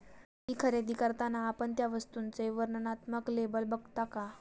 ती खरेदी करताना आपण त्या वस्तूचे वर्णनात्मक लेबल बघता का?